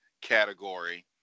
category